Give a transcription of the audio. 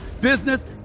business